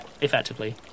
effectively